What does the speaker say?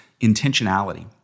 intentionality